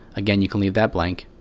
again, you can leave that blank.